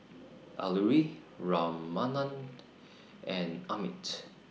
Alluri Ramanand and Amit